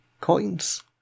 coins